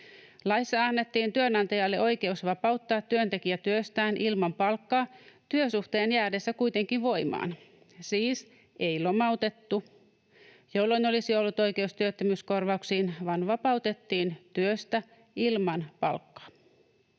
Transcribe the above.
Laissa annettiin työnantajalle oikeus vapauttaa työntekijä työstään ilman palkkaa työsuhteen jäädessä kuitenkin voimaan. Siis ei lomautettu, jolloin olisi ollut oikeus työttömyyskorvauksiin, vaan vapautettiin työstä ilman palkkaa.